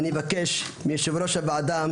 אני מבקש מיושב ראש הוועדה,